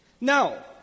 Now